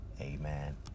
Amen